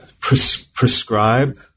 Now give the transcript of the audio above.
prescribe